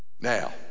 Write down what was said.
Now